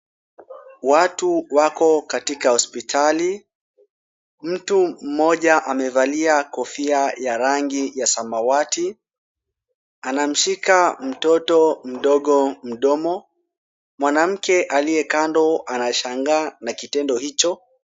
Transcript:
Watu wako katika hospitali, mtu mmoja amevalia kofia ya rangi ya samawati , anamshika mtoto mdogo mdomo, mwanamke aliye kando anashangaa na kitendo hicho.